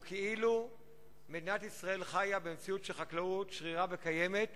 כאילו מדינת ישראל חיה במציאות של חקלאות שרירה וקיימת,